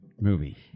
movie